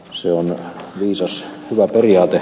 suomen viisas hyvä periaate